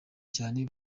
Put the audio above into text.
cyane